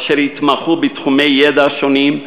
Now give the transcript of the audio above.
אשר יתמחו בתחומי ידע שונים,